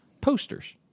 Posters